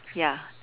ya